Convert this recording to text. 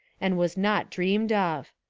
and was not dreamed of.